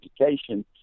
education